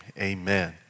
amen